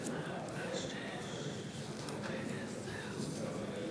התשע"ו 2015,